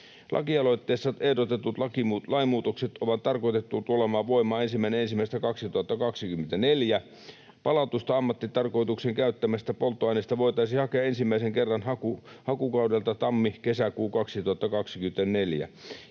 Lakialoitteessa ehdotetut lainmuutokset on tarkoitettu tulemaan voimaan 1.1.2024. Palautusta ammattitarkoitukseen käytettävästä polttoaineesta voitaisiin hakea ensimmäisen kerran hakukaudelta tammi—kesäkuu 2024.